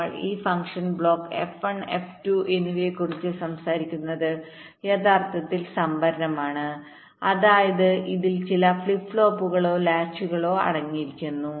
നമ്മൾ ഈ functional block F1 F2 എന്നിവയെക്കുറിച്ച് സംസാരിക്കുന്നത് യഥാർത്ഥത്തിൽ സംഭരണമാണ് അതായത് ഇതിൽ ചില ഫ്ലിപ്പ് ഫ്ലോപ്പുകളോ ലാച്ചുകളോ അടങ്ങിയിരിക്കുന്നു